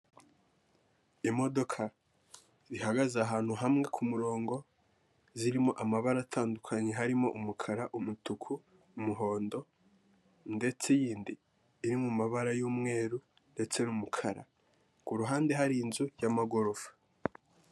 Imodoka zihagaze ahantu hamwe ku murongo, zirimo amabara atandukanye, harimo umukara, umutuku, umuhondo ndetse iyindi iri mu mabara y'umweru ndetse n'umukara ku ruhande hari inzu y'amagorofa.